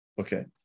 okay